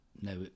no